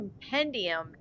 compendium